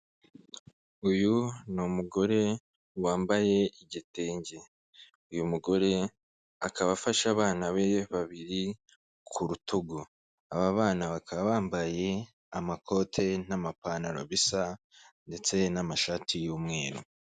Uyu ni umugore wambaye igitenge, uyu mugore akaba afashe abana be babiri ku rutugu, aba bana bakaba bambaye amakote n'amapantaro bisa ndetse n'amashati y'umweru.